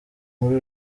muri